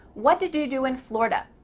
what did you do in florida?